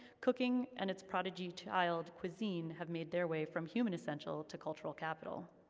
cooking and its prodigy child, cuisine, have made their way from human essential to cultural capital.